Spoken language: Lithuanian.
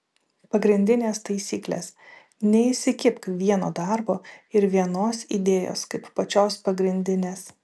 pagrindinės taisyklės neįsikibk vieno darbo ir vienos idėjos kaip pačios pagrindinės